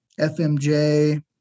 FMJ